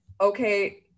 Okay